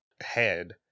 head